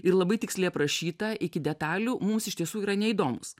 ir labai tiksliai aprašyta iki detalių mums iš tiesų yra neįdomūs